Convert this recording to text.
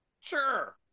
Sure